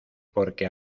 porque